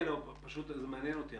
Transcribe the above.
זה מעניין אותי,